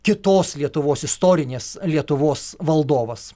kitos lietuvos istorinės lietuvos valdovas